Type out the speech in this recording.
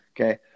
okay